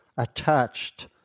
attached